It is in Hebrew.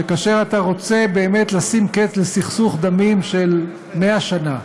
שכאשר אתה רוצה באמת לשים קץ לסכסוך דמים של 100 שנה,